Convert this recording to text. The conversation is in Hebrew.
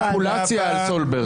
הם עושים מניפולציה על סולברג.